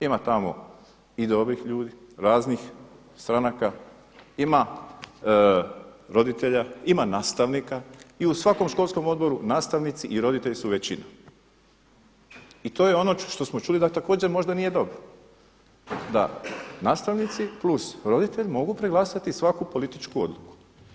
Ima tamo i dobrih ljudi, raznih stranaka, ima roditelja, ima nastavnika i u svakom školskom odboru nastavnici i roditelji su većina i to je ono što smo čuli da također možda nije dobro, da nastavnici plus roditelji mogu preglasati svaku političku odluku.